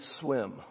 swim